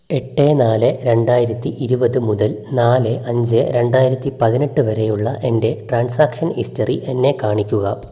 എട്ട് നാല് രണ്ടായിരത്തി ഇരുപത് മുതൽ നാല് അഞ്ച് രണ്ടായിരത്തി പതിനെട്ട് വരെയുള്ള എൻ്റെ ട്രാൻസാക്ഷൻ ഹിസ്റ്ററി എന്നെ കാണിക്കുക